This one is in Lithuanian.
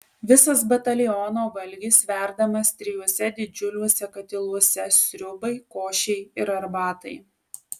visas bataliono valgis verdamas trijuose didžiuliuose katiluose sriubai košei ir arbatai